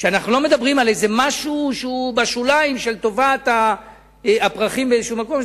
שאנחנו לא מדברים על איזה משהו שהוא בשוליים של טובת הפרחים באיזה מקום,